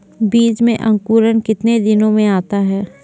बीज मे अंकुरण कितने दिनों मे आता हैं?